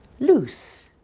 loose.